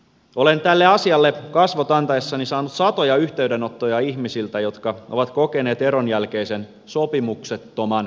olen tälle asialle kasvot antaessani saanut satoja yhteydenottoja ihmisiltä jotka ovat kokeneet eron jälkeisen sopimuksettoman tilanteen